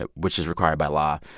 ah which is required by law.